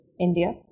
India